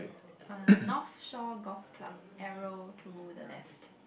uh North Shore Golf Club arrow to the left